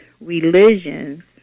religions